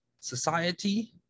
Society